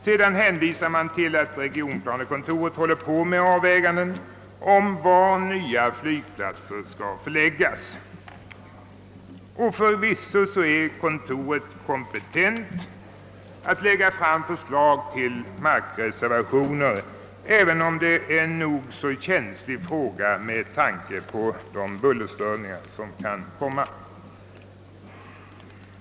Sedan hänvisar man till att regionplanekontoret för närvarande arbetar med frågorna om var nya flygplatser skall läggas. Och förvisso är kontoret kompetent att lägga fram förslag till markreservationer, även om det är en nog så känslig fråga med tanke på bullerstörningarna.